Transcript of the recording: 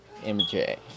MJ